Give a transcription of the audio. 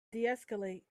deescalate